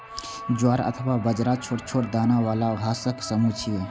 ज्वार अथवा बाजरा छोट छोट दाना बला घासक समूह छियै